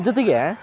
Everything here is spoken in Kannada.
ಜೊತೆಗೆ